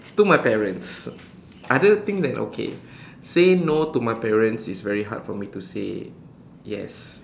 to my parents other things then okay say no to my parents is very hard for me to say yes